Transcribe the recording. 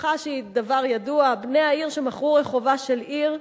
הלכה שהיא דבר ידוע: בני העיר שמכרו רחובה של עיר,